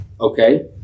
Okay